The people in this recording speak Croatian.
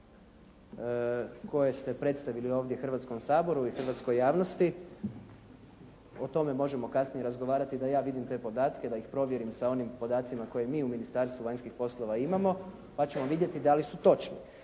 koje ste predstavili ovdje Hrvatskom saboru i hrvatskoj javnosti. O tome možemo kasnije razgovarati da ja vidim te podatke, da ih provjerim sa onim podacima koje mi u Ministarstvu vanjskih poslova imamo pa ćemo vidjeti da li su točni.